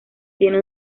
tiene